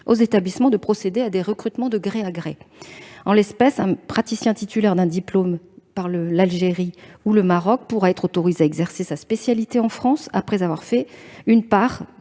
aux établissements de procéder à des recrutements de gré à gré. En l'espèce, un praticien titulaire d'un diplôme délivré par l'Algérie ou le Maroc pourra ainsi être autorisé à exercer sa spécialité en France, après avoir, d'une part,